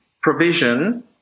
provision